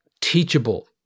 teachable